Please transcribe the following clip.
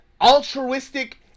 altruistic